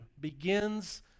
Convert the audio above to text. begins